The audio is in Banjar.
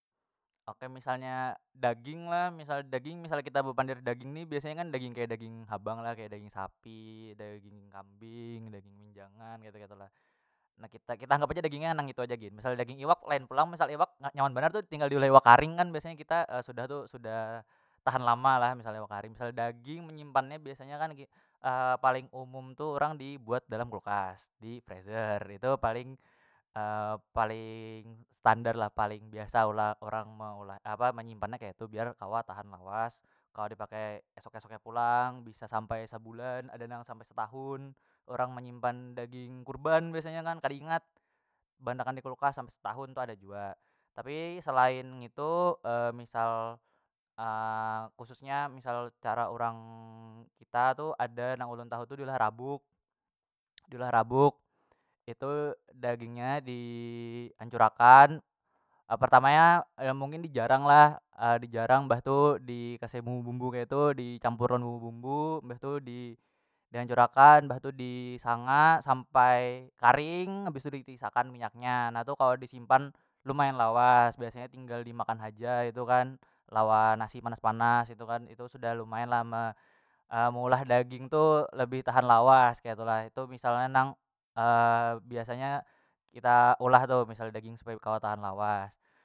Oke misalnya daging lah misal daging misalnya kita bepandir daging ni, biasanya kan daging kaya daging habang lah kaya daging sapi, daging kambing, daging minjangan ketu- ketu lah na kita- kita hanggap haja dagingnya nang itu aja gin misal daging iwak lain pulang masalah iwak nyaman banar tu tinggal di lewak karing kan biasanya kita sudah tu sudah tahan lama lah misal iwak karing misal daging menyimpannya biasanya kan paling umum tu urang dibuat dalam kulkas di frezer itu paling paling standar lah paling biasa ulah orang meulah apa menyimpannya keitu biar kawa tahan lawas kalo dipakai esok- esok nya pulang bisa sampai sebulan ada nang sampai setahun urang menyimpan daging kurban biasanya kan kada ingat beandakan dikulkas sampai setahun tu ada jua tapi selain ngitu misal khususnya misal cara urang kita tu ada nang ulun tahu tu diulah rabuk, diulah rabuk- diulah rabuk itu dagingnya diancur akan pertamanya mungkin dijarang lah dijarang mbah tu dikasih bumbu- bumbu ketu dicampur lawan bumbu- bumbu mbah tu dihancur akan mbah tu disanga sampai karing habis tu ditiris akan minyaknya na tu kawa disimpan lumayan lawas biasanya tinggal dimakan haja ketu kan lawan nasi panas- panas itu kan itu sudah lumayan me meulah daging tu lebih tahan lawas ketu lah tu misal nya nang biasanya kita ulah tu misal daging supaya kawa tahan lawas.